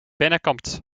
binnenkomt